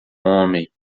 homem